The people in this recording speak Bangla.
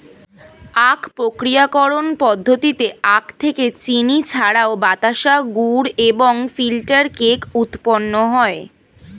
আখ প্রক্রিয়াকরণ পদ্ধতিতে আখ থেকে চিনি ছাড়াও বাতাসা, গুড় এবং ফিল্টার কেক উৎপন্ন হয়